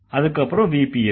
அதுக்கப்புறம் VP இருக்கு